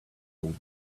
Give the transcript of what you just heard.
old